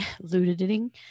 looting